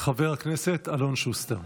חבר הכנסת אלון שוסטר.